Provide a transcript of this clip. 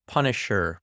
Punisher